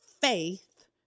Faith